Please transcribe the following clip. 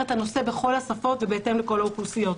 את הנושא בכל השפות ובהתאם לכל האוכלוסיות.